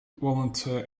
volunteer